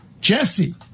Jesse